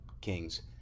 kings